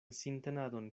sintenadon